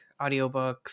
audiobooks